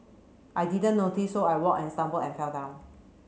I didn't notice so I walked and stumbled and fell down